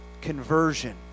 conversion